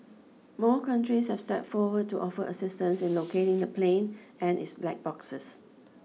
more countries have stepped forward to offer assistance in locating the plane and its black boxes